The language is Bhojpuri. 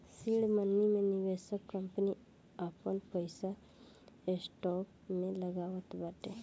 सीड मनी मे निवेशक कंपनी आपन पईसा स्टार्टअप में लगावत बाटे